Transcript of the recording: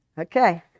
okay